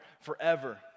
forever